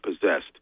possessed